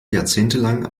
jahrzehntelang